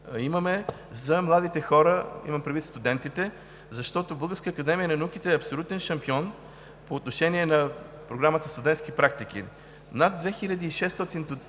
за младите хора – имам предвид студентите, защото Българската академия на науките е абсолютен шампион по отношение на проблема със студентските практики. Над 2600